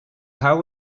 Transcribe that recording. how